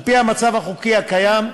על-פי המצב החוקי הקיים,